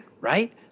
right